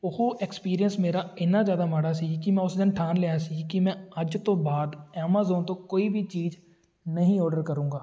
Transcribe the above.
ਉਹ ਐਕਸਪੀਰੀਅੰਸ ਮੇਰਾ ਇੰਨਾ ਜ਼ਿਆਦਾ ਮਾੜਾ ਸੀ ਕਿ ਮੈਂ ਉਸ ਦਿਨ ਠਾਣ ਲਿਆ ਸੀ ਕਿ ਮੈਂ ਅੱਜ ਤੋਂ ਬਾਅਦ ਐਮਾਜ਼ੋਨ ਤੋਂ ਕੋਈ ਵੀ ਚੀਜ਼ ਨਹੀਂ ਔਰਡਰ ਕਰੂੰਗਾ